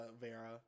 vera